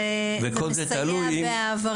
אנחנו היום נדון בהצעת חוק סייעות במוסדות חינוך,